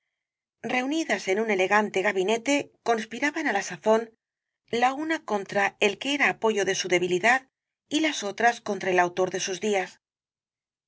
reunidas en un elegante gabinete conspiraban á la sazón la una contra el que era apoyo de su debilidad y las otras contra el autor de sus días